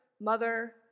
mother